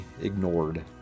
ignored